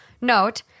Note